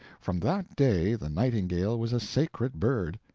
from that day the nightingale was a sacred bird.